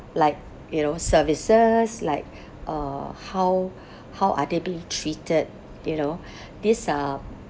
like you know services like uh how how are they being treated you know these are